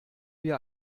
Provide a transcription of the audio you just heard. wir